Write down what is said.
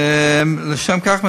לשם כך,